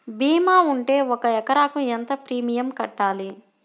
భీమా ఉంటే ఒక ఎకరాకు ఎంత ప్రీమియం కట్టాలి?